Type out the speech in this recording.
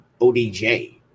ODJ